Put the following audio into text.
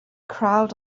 crowd